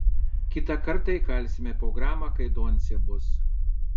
kitą kartą įkalsime po gramą kai doncė bus